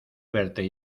verte